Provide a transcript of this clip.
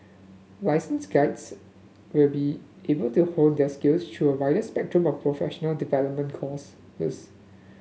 licensed guides will be able to hone their skills through a wider spectrum of professional development course this